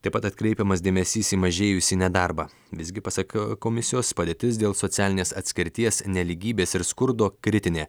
taip pat atkreipiamas dėmesys į mažėjusį nedarbą visgi pasak komisijos padėtis dėl socialinės atskirties nelygybės ir skurdo kritinė